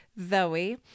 Zoe